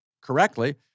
correctly